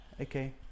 Okay